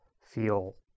feel